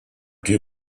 two